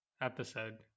episode